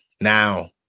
now